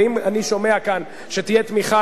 ואם אני שומע כאן שתהיה תמיכה,